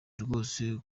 rwose